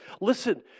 Listen